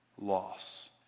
loss